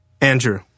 Andrew